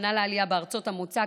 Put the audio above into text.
הכנה לעלייה בארצות המוצא,